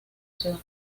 ciudad